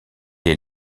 est